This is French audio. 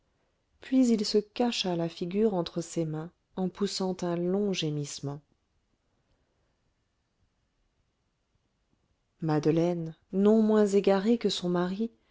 puis il se cacha la figure entre ses mains en poussant un long gémissement madeleine non moins égarée que son mari